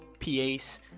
PAs